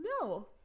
No